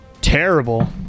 Terrible